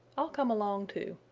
i'll come along too.